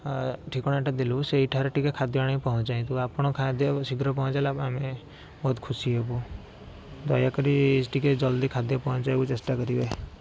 ଆ ଠିକଣାଟା ଦେଲୁ ସେଇଠାରେ ଟିକିଏ ଖାଦ୍ୟ ଆଣି ପହଞ୍ଚାନ୍ତୁ ଆପଣ ଖାଦ୍ୟକୁ ଶୀଘ୍ର ପହଞ୍ଚାଇଲେ ଆମେ ବହୁତ ଖୁସି ହେବୁ ଦୟାକରି ଟିକିଏ ଜଲ୍ଦି ଖାଦ୍ୟ ପହଞ୍ଚାଇବାକୁ ଚେଷ୍ଟା କରିବେ